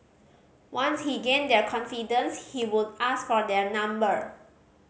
once he gained their confidence he would ask for their number